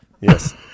Yes